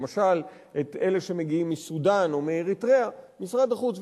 למשל את אלה שמגיעים מסודן או מאריתריאה משרד החוץ,